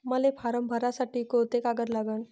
मले फारम भरासाठी कोंते कागद लागन?